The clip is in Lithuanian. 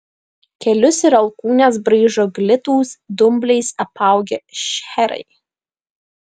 kelius ir alkūnes braižo glitūs dumbliais apaugę šcherai